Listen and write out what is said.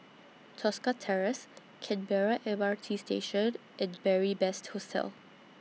Tosca Terrace Canberra M R T Station and Beary Best Hostel